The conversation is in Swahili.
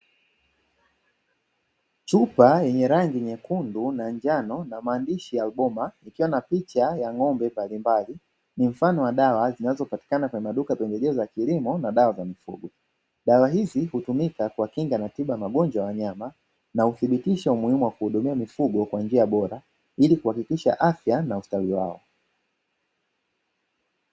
Chupa yenye rangi nyekundu na njano na maandishi ya ''Alboma'' ikiwa na picha ya ng'ombe mbalimbali ni mfano wa dawa zinazopatikana kwenye maduka ya pembejeo za kilimo na dawa za mifugo, dawa hizi hutumika kuwakinga na tiba magonjwa wanyama na uthibitisho muhimu wa kuhudumia mifugo kwa njia bora ili kuhakikisha afya na ustawi wao.